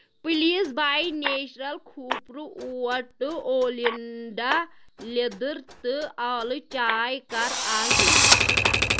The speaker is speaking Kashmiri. پلیٖز باے نیچرل کھوٗپرٕ اوٹ تہٕ اولِنٛڈا لیٚدٕر تہٕ آلہٕ چاے کَر آز ڈیلیور